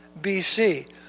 BC